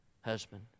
Husband